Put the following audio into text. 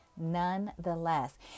nonetheless